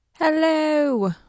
Hello